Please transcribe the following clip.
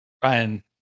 Brian